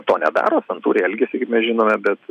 to nedaro santūriai elgiasi kaip mes žinome bet